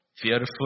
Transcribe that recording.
Fearful